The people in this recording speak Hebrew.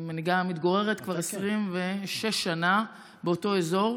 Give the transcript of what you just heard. אני מתגוררת כבר 26 שנה באותו אזור.